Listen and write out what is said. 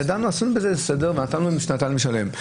ידענו לעשות סדר ונתנו להם שנתיים לשלם.